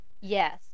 Yes